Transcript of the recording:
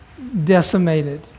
decimated